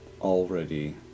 already